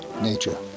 nature